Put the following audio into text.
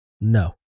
No